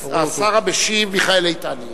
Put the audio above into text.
השר המשיב יהיה מיכאל איתן.